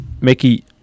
Mickey